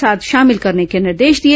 साथ शामिल करने के निर्देश दिए